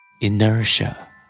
Inertia